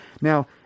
Now